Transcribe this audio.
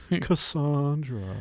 Cassandra